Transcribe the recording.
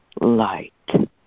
light